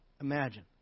imagine